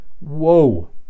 Whoa